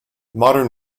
modern